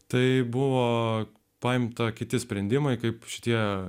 tai buvo paimta kiti sprendimai kaip šitie